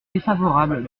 défavorable